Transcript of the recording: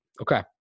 Okay